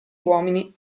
uomini